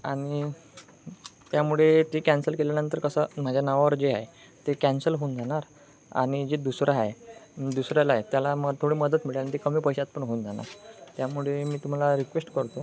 आणि त्यामुळे ते कॅन्सल केल्यानंतर कसं माझ्या नावावर जे आहे ते कॅन्सल होऊन जाणार आणि जे दुसरं आहे दुसऱ्यालाही त्याला म थोडी मदत मिळेल आणि ते कमी पैशात पण होऊन जाणार त्यामुळे मी तुम्हाला रिक्वेस्ट करतो